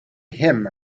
him